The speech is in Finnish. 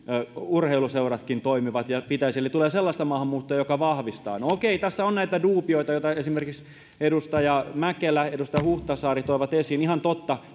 urheiluseuratkin toimivat ja pitäisi toimia eli tulee sellaista maahanmuuttoa joka vahvistaa no okei tässä on näitä duubioita joita esimerkiksi edustaja mäkelä ja edustaja huhtasaari toivat esiin ihan totta